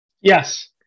yes